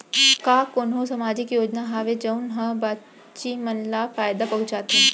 का कोनहो सामाजिक योजना हावय जऊन हा बच्ची मन ला फायेदा पहुचाथे?